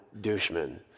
Dushman